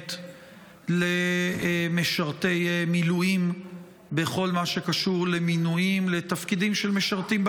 מובנית למשרתי מילואים בכל מה שקשור למינויים לתפקידים של משרתים בקודש,